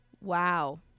Wow